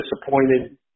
disappointed